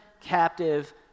captive